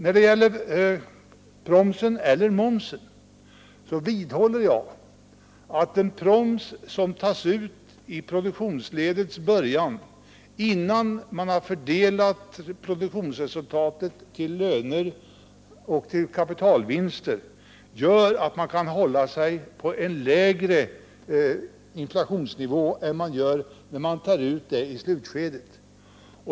När det gäller proms eller moms vidhåller jag att en proms som tas ut i produktionsledets början, innan man har fördelat produktionsresultatet till löner och kapitalvinster, gör att man kan hålla sig på en lägre inflationsnivå än man gör när man tar ut moms i slutskedet.